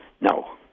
No